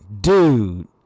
Dude